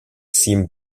seem